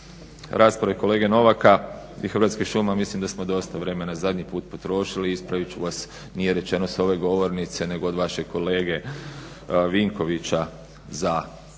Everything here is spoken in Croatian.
rasprave kolege Novaka i Hrvatskih šuma, mislim da smo dosta vremena zadnji put potrošili. Ispraviti ću vas nije rečeno sa ove govornice nego od vašeg kolege Vinkovića za